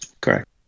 correct